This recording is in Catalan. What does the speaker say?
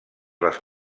les